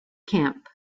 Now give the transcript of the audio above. camp